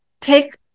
take